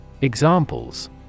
Examples